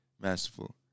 masterful